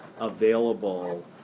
available